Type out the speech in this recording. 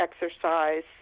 exercise